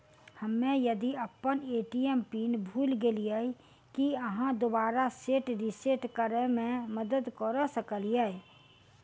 हम्मे यदि अप्पन ए.टी.एम पिन भूल गेलियै, की अहाँ दोबारा सेट रिसेट करैमे मदद करऽ सकलिये?